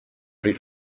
abrir